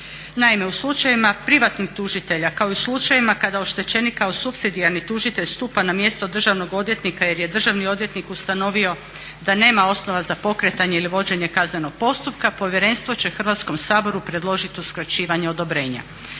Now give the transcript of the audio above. odluke u slučajevima privatnih tužitelja kao i slučajevima kada oštećenik kao supsidijarni tužitelj stupa na mjesto državnog odvjetnika, jer je državni odvjetnik ustanovio da nema osnova za pokretanje ili vođenje kaznenog postupka Povjerenstvo će Hrvatskom saboru predložiti uskraćivanje odobrenja.